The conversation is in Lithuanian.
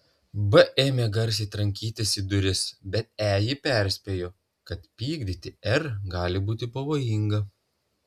b ėmė garsiai trankyti į duris bet e jį perspėjo kad pykdyti r gali būti pavojinga